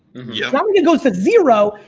yeah i'm gonna go to zero,